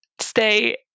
stay